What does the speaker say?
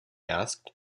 asked